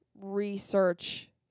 research